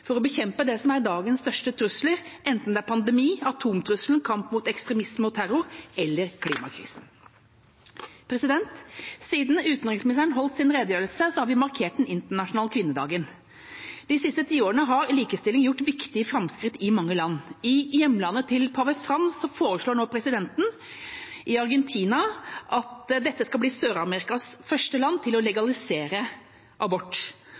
for å bekjempe det som er dagens største trusler, enten det er pandemi, atomtrusselen, ekstremisme og terror eller klimakrisen. Siden utenriksministeren holdt sin redegjørelse, har vi markert den internasjonale kvinnedagen. De siste tiårene har likestilling gjort viktige framskritt i mange land. I hjemlandet til pave Frans, Argentina, foreslår nå presidenten at dette skal bli Sør-Amerikas første land til å legalisere abort.